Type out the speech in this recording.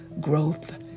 growth